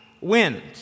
wind